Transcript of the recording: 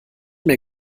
mir